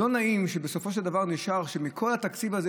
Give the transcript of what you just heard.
לא נעים שבסופו של דבר נשאר שמכל התקציב הזה,